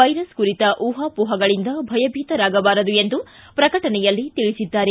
virus ಕುರಿತ ಊಹಾಪೋಹಗಳಿಂದ ಭಯಭೀತರಾಗಬಾರದು ಎಂದು ಪ್ರಕಟಣೆಯಲ್ಲಿ ತಿಳಿಸಿದ್ದಾರೆ